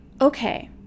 okay